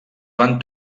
van